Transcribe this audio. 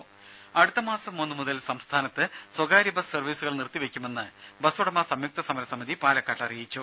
രുമ അടുത്ത മാസം ഒന്നു മുതൽ സംസ്ഥാനത്തു സ്വകാര്യ ബസ് സർവീസുകൾ നിർത്തിവയ്ക്കുമെന്നു ബസ് ഉടമ സംയുക്ത സമരസമിതി പാലക്കാട് അറിയിച്ചു